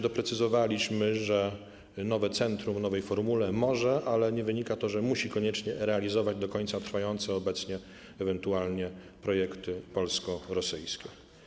Doprecyzowaliśmy też, że nowe centrum w nowej formule może, ale nie wynika z tego, że musi koniecznie, realizować do końca trwające obecnie ewentualnie projekty polsko-rosyjskie.